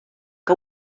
que